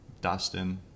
dustin